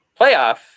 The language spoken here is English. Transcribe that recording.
playoff